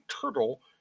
Turtle